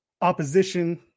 opposition